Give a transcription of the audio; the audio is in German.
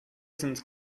sind